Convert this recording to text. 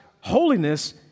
holiness